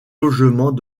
logement